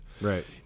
right